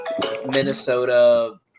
Minnesota